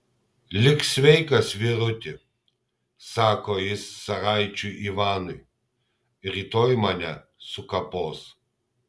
lik sveikas vyruti sako jis caraičiui ivanui rytoj mane sukapos